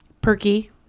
perky